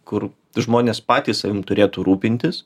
kur žmonės patys savim turėtų rūpintis